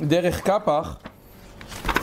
דרך קאפח.